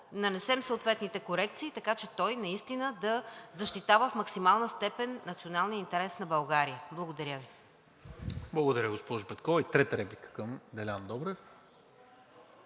нанесем съответните корекции, така че той наистина да защитава в максимална степен националния интерес на България. Благодаря Ви. ПРЕДСЕДАТЕЛ НИКОЛА МИНЧЕВ: Благодаря Ви, госпожо Петкова. И трета реплика към Делян Добрев.